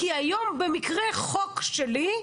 כי היום במקרה חוק שלי,